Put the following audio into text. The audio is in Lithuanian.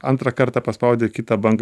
antrą kartą paspaudi kita banga